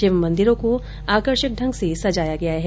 शिव मंदिरों को आकर्षक ढंग से सजाया गया है